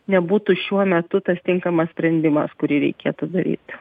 nebūtų šiuo metu tas tinkamas sprendimas kurį reikėtų daryti